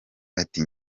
ati